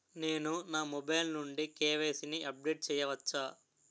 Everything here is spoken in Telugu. నేను నా మొబైల్ నుండి కే.వై.సీ ని అప్డేట్ చేయవచ్చా?